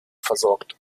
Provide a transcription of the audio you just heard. versorgt